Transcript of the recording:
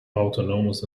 autonomous